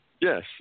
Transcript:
Yes